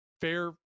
fair